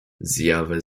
zjawy